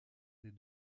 des